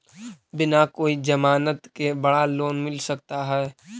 बिना कोई जमानत के बड़ा लोन मिल सकता है?